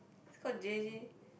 he's called J_J